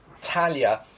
Talia